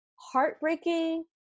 heartbreaking